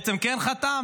בעצם כן חתם,